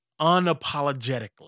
unapologetically